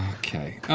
okay,